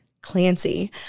Clancy